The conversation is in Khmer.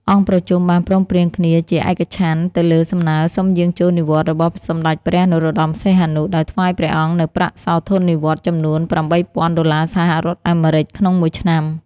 អង្គប្រជុំបានព្រមព្រៀងគ្នាជាឯកច្ឆន្ទទៅលើសំណើសុំយាងចូលនិវត្តន៍របស់ សម្តេចព្រះ នរោត្តម សីហនុ ដោយថ្វាយព្រះអង្គនូវប្រាក់សោធននិវត្តន៍ចំនួន៨ពាន់ដុល្លារសហរដ្ឋអាមេរិកក្នុងមួយឆ្នាំ។